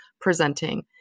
presenting